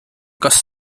kas